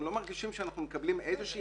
אנחנו לא מרגישים שאנחנו מקבלים איזושהי